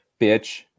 Bitch